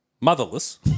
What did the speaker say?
motherless